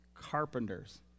carpenters